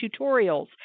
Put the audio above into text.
tutorials